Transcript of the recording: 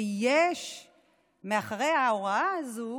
ויש מאחורי ההוראה הזאת